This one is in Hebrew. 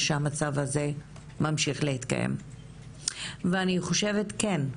שהמצב הזה ממשיך להתקיים ואני חושבת שכן,